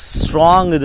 strong